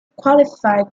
qualified